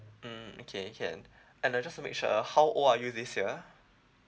mm okay can and uh just to make sure uh how old are you this year